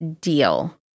deal